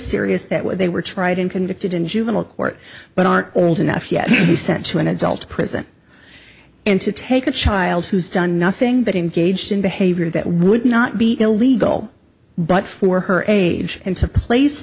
serious that what they were tried and convicted in juvenile court but aren't old enough yet to be sent to an adult prison and to take a child who's done nothing but engaged in behavior that would not be illegal but for her age and to place